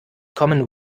commen